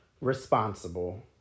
responsible